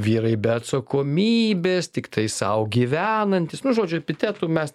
vyrai be atsakomybės tiktai sau gyvenantys nu žodžiu epitetų mes